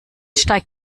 steigt